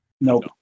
Nope